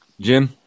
Jim